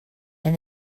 and